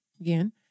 again